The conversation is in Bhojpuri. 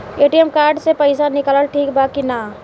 ए.टी.एम कार्ड से पईसा निकालल ठीक बा की ना?